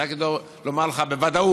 אני רק יודע לומר לך בוודאות: